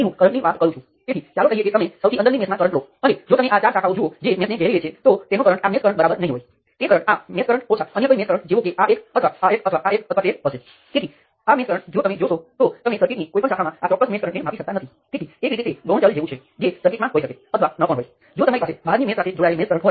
હું સૂચન કરું છું કે જ્યારે તમને સર્કિટ આપવામાં આવે ત્યારે તમે બંને માટે અથવા ઓછામાં ઓછું એક માટે પ્રયાસ કરો તમે નોડલ વિશ્લેષણ અને મેશ વિશ્લેષણ બંનેને ધ્યાનમાં લો અને તમે લખેલાં સમીકરણો પર લાગું કરો